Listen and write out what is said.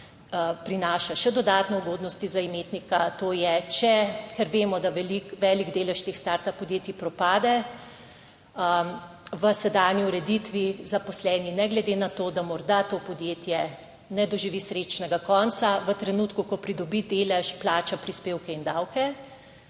prinaša še dodatne ugodnosti za imetnika, ker vemo, da velik delež teh startup podjetij propade. V sedanji ureditvi zaposleni, ne glede na to, da morda to podjetje ne doživi srečnega konca, v trenutku, ko pridobi delež, plača prispevke in davke.